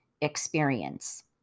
experience